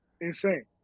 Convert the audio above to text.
insane